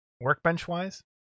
Workbench-wise